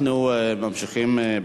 אם כן, בעד, 4, אין מתנגדים.